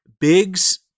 Biggs